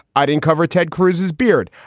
i didn't cover ted cruz's beard.